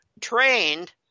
trained